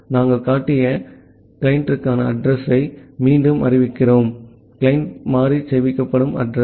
நாங்கள் காட்டிய கிளையண்டிற்கான அட்ரஸ் யை மீண்டும் அறிவிக்கிறோம் கிளையன்ட் மாறி சேமிக்கப்படும் அட்ரஸ்